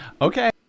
Okay